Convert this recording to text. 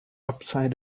upside